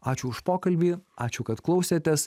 ačiū už pokalbį ačiū kad klausėtės